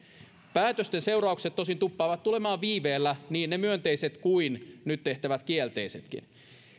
päätösten seuraukset tosin tuppaavat tulemaan viiveellä niin ne myönteiset kuin nyt tehtävät kielteisetkin